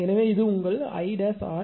எனவே இது உங்கள் 𝐼'𝑟